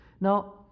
Now